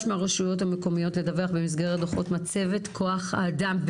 מהרשויות המקומיות לדווח במסגרת דוחות מצבת כוח האדם,